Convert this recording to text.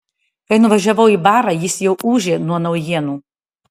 kai nuvažiavau į barą jis jau ūžė nuo naujienų